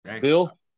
Bill